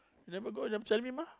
never go never tell me mah